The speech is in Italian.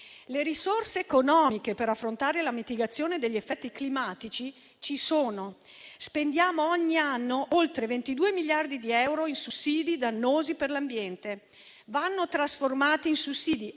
Le risorse economiche per affrontare la mitigazione degli effetti climatici ci sono: spendiamo ogni anno oltre 22 miliardi di euro in sussidi dannosi per l'ambiente, che vanno trasformati in sussidi